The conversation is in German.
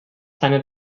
seine